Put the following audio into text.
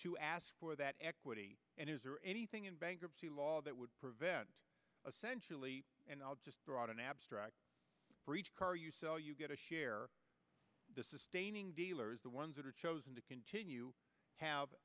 to ask for that equity and is there anything in bankruptcy law that would prevent a sensually and i'll just throw out an abstract for each car you sell you get a share the sustaining dealers the ones that are chosen to continue to have